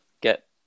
get